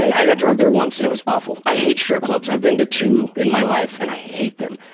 i got drugged there once and it was awful. i hate strip clubs. i've been to two in my life and i hate them.